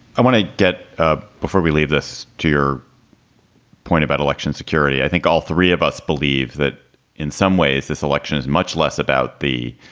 i want to get ah before we leave this to your point about election security. i think all three of us believe that in some ways this election is much less about the